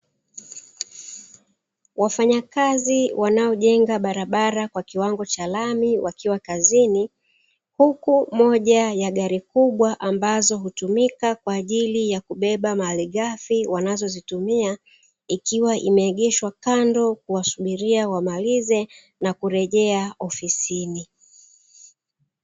Wafanyakazi wanaojenga barabara kwa kiwango cha lami wakiwa, kazini huku moja ya gari kubwa ambazo hutumika kwa ajili ya, kubeba malighafi wanazozitumia ikiwa imeegeshwa kando kuwasubiria wamalize na kurejea ofisini.